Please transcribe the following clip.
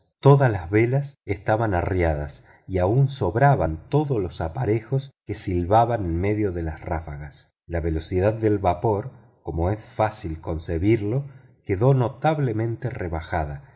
todas las velas estaban arriadas y aun sobraban todos los aparejos que silbaban en medio de las ráfagas la velocidad del vapor como es fácil concebirlo quedó notablemente rebajada